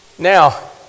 Now